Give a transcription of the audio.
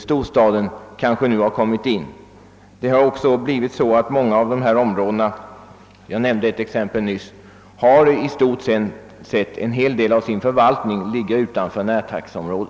storstaden har kanske nu vuxit in i den. Många sådana områden har också — jag nämnde nyss ett exempel — en stor del av sin förvaltning utanför närtaxeområdet.